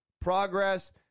progress